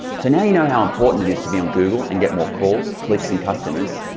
so now you know how important it is to be on google and get more calls, clicks and customers,